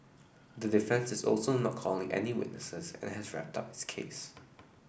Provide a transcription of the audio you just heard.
the defence is also not calling any witnesses and has wrapped up its case